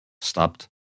stopped